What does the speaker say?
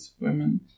women